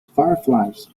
fireflies